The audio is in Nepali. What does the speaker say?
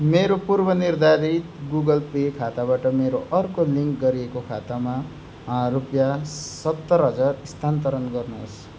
मेरो पूर्वनिर्धारित गुगल पे खाताबाट मेरो अर्को लिङ्क गरिएको खातामा रुपियाँ सत्तर हजार स्थानान्तरण गर्नुहोस्